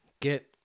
get